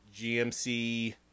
GMC